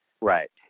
Right